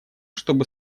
чтобы